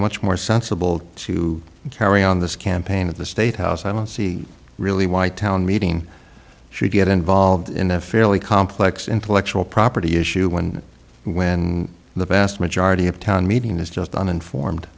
much more sensible to carry on this campaign at the state house i don't see really why town meeting should get involved in the fairly complex intellectual property issue when when the vast majority of town meeting is just uninformed